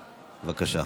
בבקשה.